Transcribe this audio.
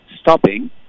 stopping